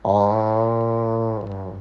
orh